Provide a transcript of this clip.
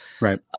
Right